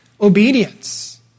obedience